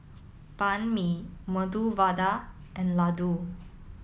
Banh Mi Medu Vada and Ladoo